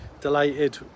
delighted